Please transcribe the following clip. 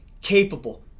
capable